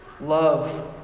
love